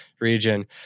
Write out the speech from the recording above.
region